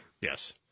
Yes